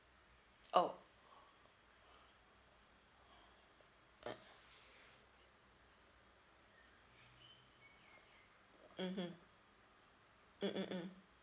oh uh mmhmm mm